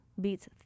beats